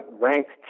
ranked